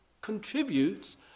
contributes